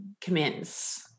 commence